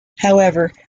however